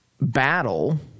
battle